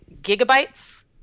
gigabytes